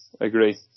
agree